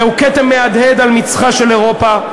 זהו כתם מהדהד על מצחה של אירופה,